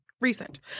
recent